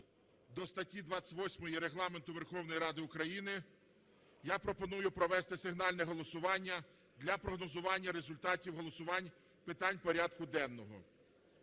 до статті 28 Регламенту Верховної Ради України я пропоную провести сигнальне голосування для прогнозування результатів голосувань питань порядку денного.